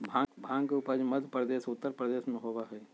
भांग के उपज मध्य प्रदेश और उत्तर प्रदेश में होबा हई